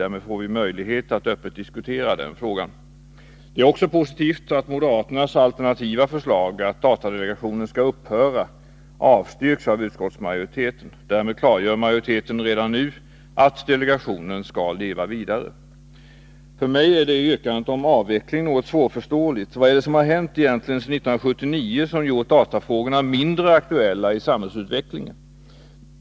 Därmed får vi möjlighet att öppet diskutera den frågan. Det är också positivt att moderaternas alternativa förslag, att datadelegationen skall upphöra, avstyrks av utskottsmajoriteten. Därmed klargör majoriteten redan nu att delegationen skall leva vidare. För mig är detta yrkande om avveckling något svårförståeligt. Vad är det egentligen som har hänt sedan 1979, som gjort datafrågorna mindre aktuella i samhällsutvecklingen?